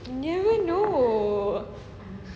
you never know